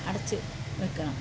അടച്ചു വെക്കണം